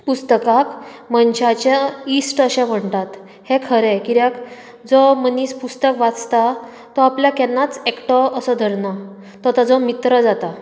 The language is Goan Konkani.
पुस्तकाक मनशाच्या इश्ट अशें म्हणटात तें खरें कित्याक जो मनीस पुस्तक वाचता तो आपल्याक केन्नाच एकटो असो धरना तो ताजो मित्र जाता